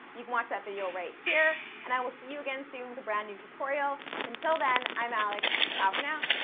you can watch that video right here and i will see you again soon with a brand new tutorial. until then, i'm alex. ciao for now!